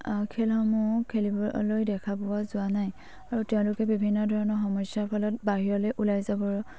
খেলসমূহ খেলিবলৈ দেখা পোৱা যোৱা নাই আৰু তেওঁলোকে বিভিন্ন ধৰণৰ সমস্যাৰ ফলত বাহিৰলৈ ওলাই যাব